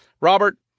Robert